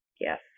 Yes